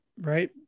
Right